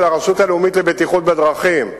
הרשות הלאומית לבטיחות בדרכים מופיע,